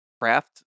craft